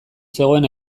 zegoen